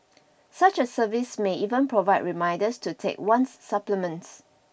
such a service may even provide reminders to take one's supplements